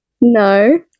No